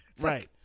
Right